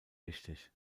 wichtig